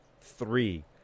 three